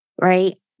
right